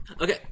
Okay